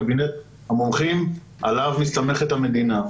קבינט המומחים עליו מסתמכת המדינה.